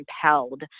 compelled